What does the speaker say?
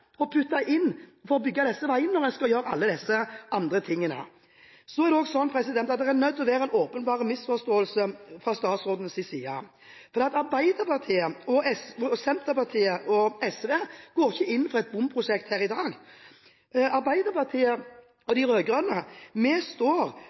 å bygge disse veiene, når man skal gjøre alle disse andre tingene. Det må også være en åpenbar misforståelse fra statsrådens side, for Arbeiderpartiet, Senterpartiet og SV går ikke inn for et bomprosjekt her i dag. Arbeiderpartiet